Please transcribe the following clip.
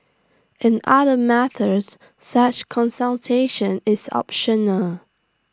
in other matters such consultation is optional